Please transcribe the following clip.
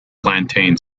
plantain